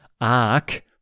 arc